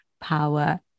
power